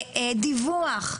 דיווח,